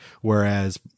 whereas